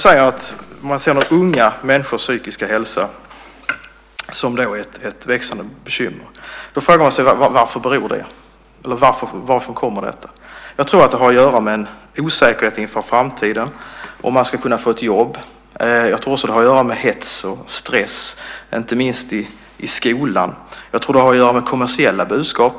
När man ser att unga människors psykiska hälsa är ett växande bekymmer kan man fråga sig vad detta beror på. Jag tror att det har att göra med en osäkerhet inför framtiden, om man ska kunna få ett jobb. Jag tror också att det har att göra med hets och stress, inte minst i skolan. Jag tror att det har att göra med kommersiella budskap.